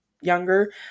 younger